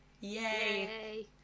Yay